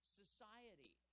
society